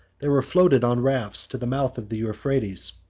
they were floated on rafts to the mouth of the euphrates.